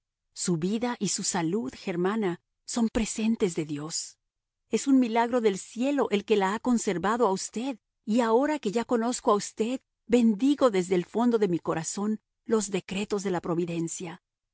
su vida y su salud germana son presentes de dios es un milagro del cielo el que la ha conservado a usted y ahora que ya conozco a usted bendigo desde el fondo de mi corazón los decretos de la providencia